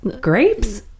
grapes